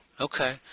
Okay